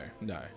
no